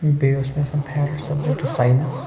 بیٚیہِ اوس مےٚ آسان فیورِٹ سبجکٹہٕ ساینس